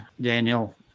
Daniel